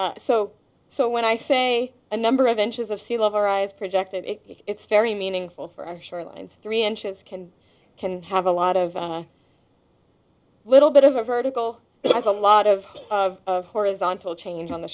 or so so when i say a number of inches of sea level rise projected it's very meaningful for shorelines three inches can can have a lot of little bit of a vertical but that's a lot of horizontal change on the